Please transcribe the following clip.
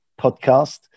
podcast